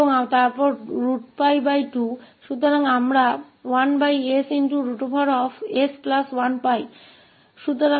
अतः हमें 1sS1 प्राप्त होता है